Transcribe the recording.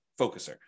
focuser